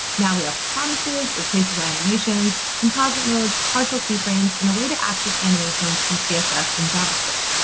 now we have promises, replaceable animations, composite modes, partial key frames, and a way to access animations from css and javascript.